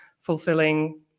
fulfilling